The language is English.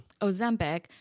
Ozempic